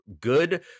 good